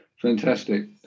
Fantastic